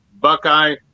Buckeye